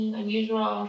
unusual